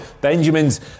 Benjamin's